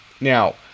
Now